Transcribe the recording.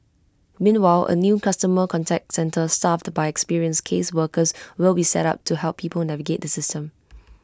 meanwhile A new customer contact centre staffed by experienced caseworkers will be set up to help people navigate the system